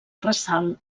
ressalt